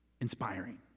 Inspiring